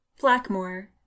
Blackmore